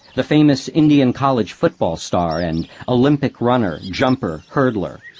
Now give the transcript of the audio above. the famous indian college football star and olympic runner, jumper, hurdler.